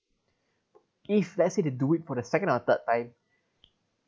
if let's say to do it for the second or third time